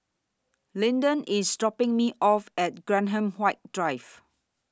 Lyndon IS dropping Me off At Graham White Drive